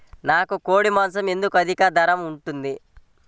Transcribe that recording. నాకు కోడి మాసం ఎందుకు అధిక ధర ఉంటుంది?